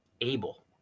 able